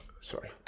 sorry